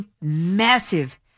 massive